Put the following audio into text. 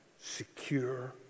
secure